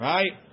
Right